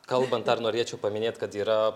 kalbant dar norėčiau paminėt kad yra